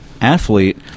athlete